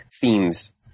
themes